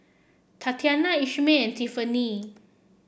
TatiannA Ishmael and Tiffanie